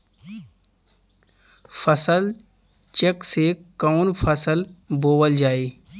फसल चेकं से कवन फसल बोवल जाई?